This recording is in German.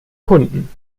kunden